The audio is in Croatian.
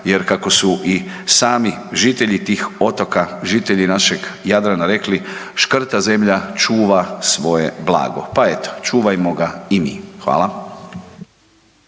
jer kako su i sami žitelji tih otoka, žitelji našeg Jadrana rekli „škrta zemlja čuva svoje blago“, pa eto čuvajmo ga i mi. Hvala.